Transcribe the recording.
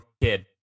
kid